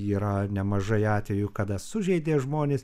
yra nemažai atvejų kada sužeidė žmones